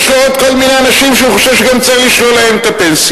יש לו עוד כל מיני אנשים שהוא חושב שצריך לשלול גם להם את הפנסיה.